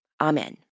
Amen